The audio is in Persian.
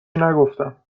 نگفتم